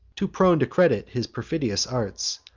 too prone to credit his perfidious arts.